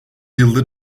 yıldır